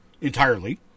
entirely